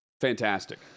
Fantastic